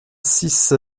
six